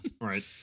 Right